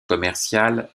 commerciale